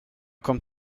kommt